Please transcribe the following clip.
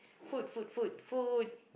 food food food food